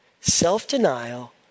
Self-denial